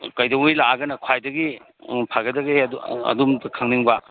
ꯀꯩꯗꯧꯉꯩ ꯂꯥꯛꯑꯒꯅ ꯈ꯭ꯋꯥꯏꯗꯒꯤ ꯐꯒꯗꯒꯦ ꯑꯗꯨ ꯑꯝꯇ ꯈꯪꯅꯤꯡꯕ